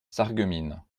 sarreguemines